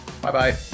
Bye-bye